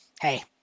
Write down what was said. hey